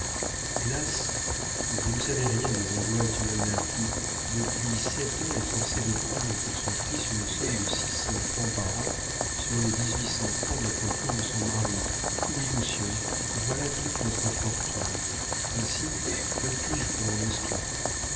hélas vous ne savez rien des angoisses d'une mère qui depuis sept ans est forcée de prendre pour son fils une somme de six cents francs par an sur les dix-huit cents francs d'appointements de son mari oui monsieur voilà toute notre fortune ainsi que puis-je pour mon